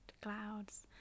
clouds